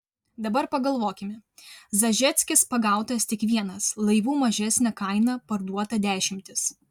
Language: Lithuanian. dabar pagalvokime zažeckis pagautas tik vienas laivų mažesne kaina parduota dešimtys